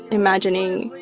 imagining,